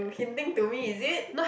hinting to me is it